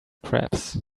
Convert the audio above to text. crabs